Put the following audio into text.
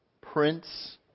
Prince